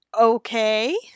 Okay